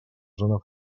afectada